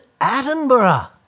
Attenborough